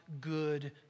good